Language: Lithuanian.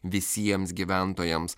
visiems gyventojams